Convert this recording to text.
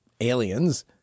aliens